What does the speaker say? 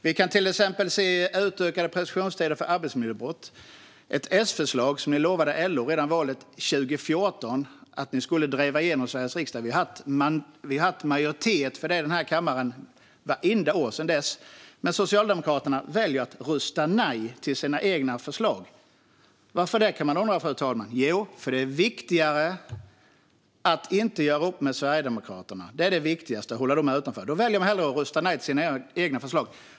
Det gäller till exempel utökade preskriptionstider för arbetsmiljöbrott, ett S-förslag som ni lovade LO redan valet 2014 att ni skulle driva igenom i Sveriges riksdag. Vi har haft majoritet för det i kammaren vartenda år sedan dess, men Socialdemokraterna väljer att rösta nej till sina egna förslag. Varför det, kan man undra, fru talman. Jo, för att det är viktigare att inte göra upp med Sverigedemokraterna. Det viktigaste är att hålla Sverigedemokraterna utanför. Därför väljer man hellre att rösta nej till sina egna förslag.